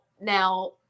now